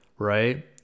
right